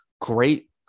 great